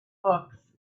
books